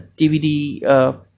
DVD